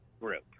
group